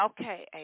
Okay